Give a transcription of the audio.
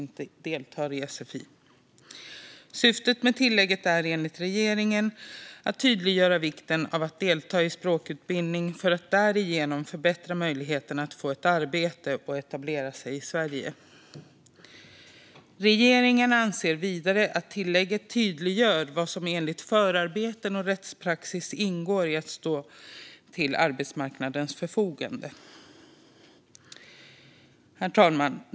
Språkplikt - deltag-ande i vuxenutbildning i svenska för invand-rare för rätt till försörjningsstöd Syftet med tillägget är enligt regeringen att tydliggöra vikten av att delta i språkutbildning för att därigenom förbättra möjligheten att få ett arbete och etablera sig i Sverige. Regeringen anser vidare att tillägget tydliggör vad som enligt förarbeten och rättspraxis ingår i att stå till arbetsmarknadens förfogande. Herr talman!